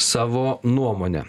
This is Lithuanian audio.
savo nuomonę